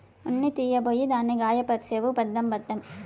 ఉన్ని తీయబోయి దాన్ని గాయపర్సేవు భద్రం భద్రం